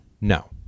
No